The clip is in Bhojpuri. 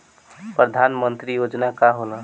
परधान मंतरी योजना का होला?